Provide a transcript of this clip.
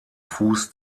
fuß